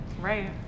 right